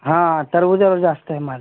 हां टरबुजावर जास्त आहे माल